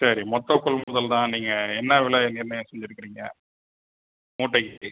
சரி மொத்த கொள்முதல் தான் நீங்கள் என்ன விலை நிர்ணயம் செய்துருக்குறீங்க மூட்டைக்கு